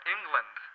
England